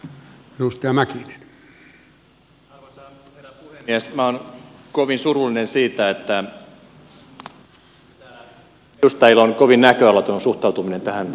minä olen kovin surullinen siitä että edustajilla on kovin näköalaton suhtautuminen tähän tilanteeseen